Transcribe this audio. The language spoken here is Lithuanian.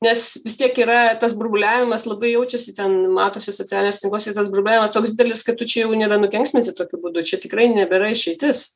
nes vis tiek yra tas burbuliavimas labai jaučiasi ten matosi socialiniuose tinkluose ir tas burbuliavimas toks didelis kad tu čia jau nebe nukenksminsi tokiu būdu čia tikrai nebėra išeitis